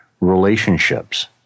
relationships